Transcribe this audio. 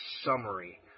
summary